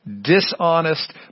dishonest